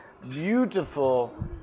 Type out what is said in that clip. beautiful